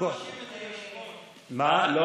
למה אתה מאשים את היושב-ראש?